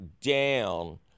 down